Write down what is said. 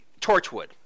Torchwood